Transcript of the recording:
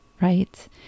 right